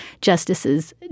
justices